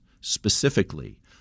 specifically